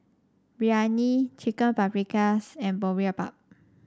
Biryani Chicken Paprikas and Boribap